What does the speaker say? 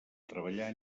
treballar